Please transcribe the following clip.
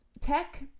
tech